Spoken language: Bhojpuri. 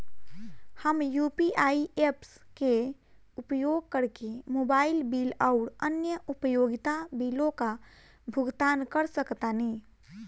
हम यू.पी.आई ऐप्स के उपयोग करके मोबाइल बिल आउर अन्य उपयोगिता बिलों का भुगतान कर सकतानी